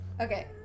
Okay